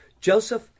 Joseph